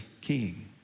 King